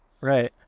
Right